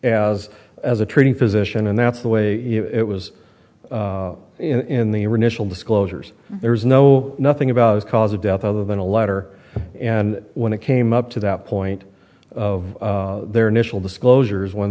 as as a treating physician and that's the way it was in the international disclosures there's no nothing about cause of death other than a letter and when it came up to that point of their initial disclosures when